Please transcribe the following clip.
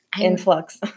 influx